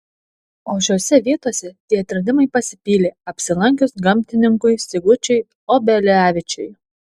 o šiose vietose tie atradimai pasipylė apsilankius gamtininkui sigučiui obelevičiui